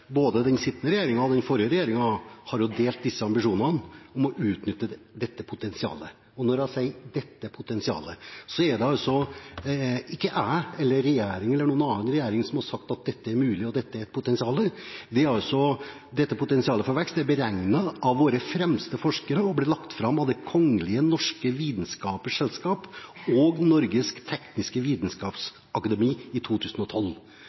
både den sittende regjeringen og den forrige regjeringen har delt disse ambisjonene om å utnytte dette potensialet. Og når jeg sier dette potensialet, er det altså ikke jeg eller regjeringen eller noen annen regjering som har sagt at dette er mulig, og dette er et potensial. Dette potensialet for vekst er beregnet av våre fremste forskere og ble lagt fram av det Det Kongelige Norske Videnskapers Selskab og Norges Tekniske Vitenskapsakademi i 2012.